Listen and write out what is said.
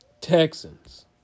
Texans